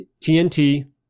TNT